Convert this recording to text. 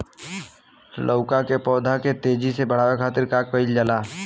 लउका के पौधा के तेजी से बढ़े खातीर का कइल जाला?